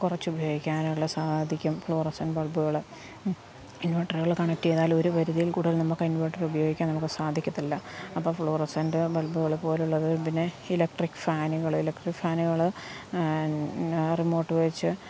കുറച്ച് ഉപയോഗിക്കാനുള്ളത് സാധിക്കും ഫ്ലൂറസൻ ബൾബുകള് ഇൻവർട്ടറുകൾ കണക്ട് ചെയ്താൽ ഒരു പരിധിയിൽ കൂടുതൽ നമുക്ക് ആ ഇൻവെർട്ടർ നമുക്ക് ഉപയോഗിക്കാൻ സാധിക്കത്തില്ല അപ്പം ഫ്ലൂറസെൻ്റ് ബൾബുകൾ പോലുള്ളത് പിന്നെ ഇലക്ട്രിക് ഫാനുകള് ഇലക്ട്രിക് ഫാനുകള് റിമോട്ട് വെച്ച്